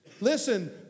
listen